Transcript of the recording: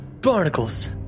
barnacles